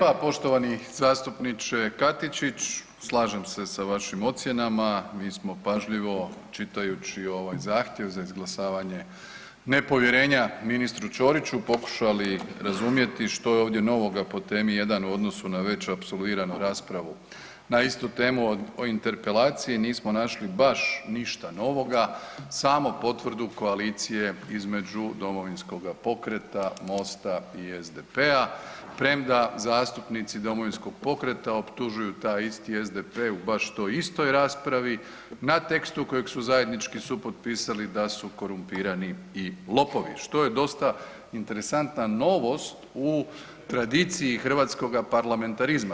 Hvala vam lijepa poštovani zastupniče Katičić, slažem se sa vašim ocjenama, mi smo pažljivo čitajući ovaj zahtjev za izglasavanje nepovjerenja ministru Ćoriću pokušali razumjeti što je ovdje novoga po temi jedan u odnosnu na već apsolviranu raspravu na istu temu o interpelaciji nismo našli baš ništa novoga samo potvrdu koalicije između Domovinskoga pokreta, MOST-a i SDP-a premda zastupnici Domovinskog pokreta optužuju taj isti SDP u baš toj istoj raspravi na tekstu kojeg su zajednički supotpisali da su korumpirani i lopovi, što je dosta interesantna novost u tradiciji hrvatskoga parlamentarizma.